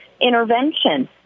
intervention